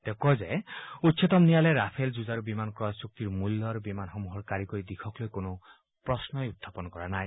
তেওঁ কয় যে উচ্চতম ন্যায়ালয়ে ৰাফেল যুঁজাৰু বিমান ক্ৰয় চুক্তিৰ মূল্য আৰু বিমানসমূহৰ কাৰিকৰী দিশক লৈ কোনো প্ৰশ্ন উখাপন কৰা নাই